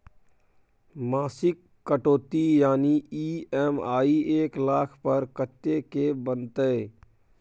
मासिक कटौती यानी ई.एम.आई एक लाख पर कत्ते के बनते?